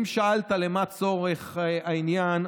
אם שאלת מה הצורך העניין,